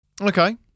Okay